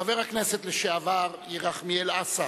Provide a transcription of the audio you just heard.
חבר הכנסת לשעבר ירחמיאל אסא